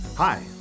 Hi